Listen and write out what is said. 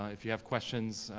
ah if you have questions,